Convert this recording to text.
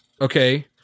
okay